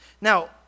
now